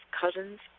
cousins